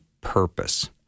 purpose